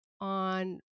on